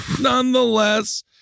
nonetheless